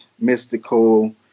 mystical